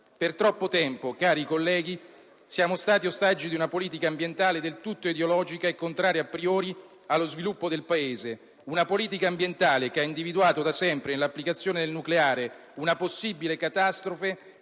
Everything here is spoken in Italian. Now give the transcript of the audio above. Per troppo tempo, cari colleghi, siamo stati ostaggio di una politica ambientale del tutto ideologica e contraria *a priori* allo sviluppo del Paese. Una politica ambientale che ha individuato da sempre nell'applicazione del nucleare una possibile catastrofe,